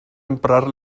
emprar